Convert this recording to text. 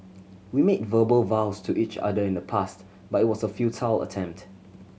we made verbal vows to each other in the past but it was a futile attempt